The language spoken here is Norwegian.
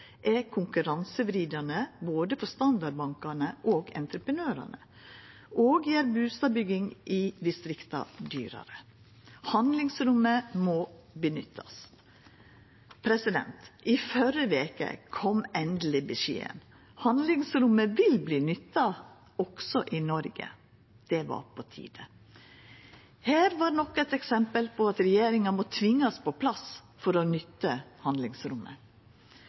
er konkurransevridande for både standardbankane og entreprenørane og gjer bustadbygging i distrikta dyrare. Handlingsrommet må nyttast. I førre veke kom endeleg beskjeden. Handlingsrommet vil verta nytta også i Noreg. Det var på tide. Her var nok eit eksempel på at regjeringa må tvingast på plass for å nytta handlingsrommet.